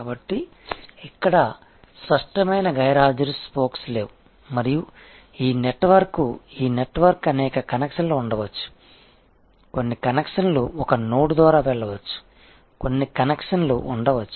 కాబట్టి ఇక్కడ స్పష్టమైన గైర్హాజరు స్పోక్స్ లేవు మరియు ఈ నెట్వర్క్కు ఈ నెట్వర్క్ అనేక కనెక్షన్లు ఉండవచ్చు కొన్ని కనెక్షన్లు ఒక నోడ్ ద్వారా వెళ్ళవచ్చు కొన్ని కనెక్షన్లు ఉండవచ్చు